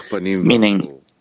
Meaning